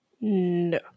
No